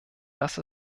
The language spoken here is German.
dass